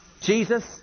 Jesus